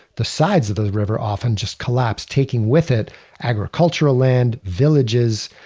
the sides of that river often just collapsed taking with it agricultural land, villages.